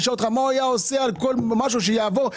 תשאל אותו מה הוא היה עושה על כל דבר כדי שיעבור.